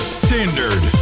standard